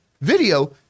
Video